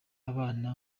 abana